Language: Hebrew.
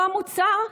אותו מוצר,